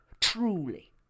Truly